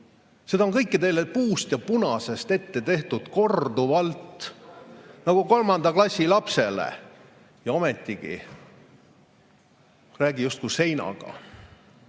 Seda kõike on teile puust ja punaselt ette tehtud korduvalt nagu kolmanda klassi lapsele, ja ometi räägi justkui seinaga.